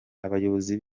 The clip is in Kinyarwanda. abayobozi